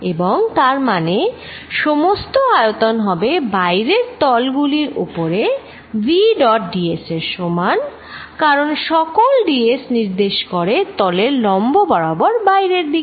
এবং তার মানেসমস্ত আয়তন হবে বাইরের তল গুলির উপরে v ডট d s এর সমান কারণ সকল d s নির্দেশ করে তলের লম্ব বরাবর বাইরের দিকে